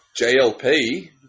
JLP